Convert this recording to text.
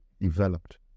developed